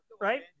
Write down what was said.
Right